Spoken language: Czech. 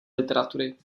literatury